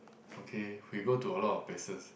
okay we go to a lot of places